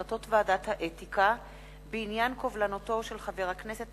החלטות ועדת האתיקה בעניין קובלנתו של חבר הכנסת